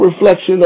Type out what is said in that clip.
reflection